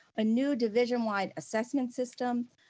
a new division wide assessment system,